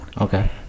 okay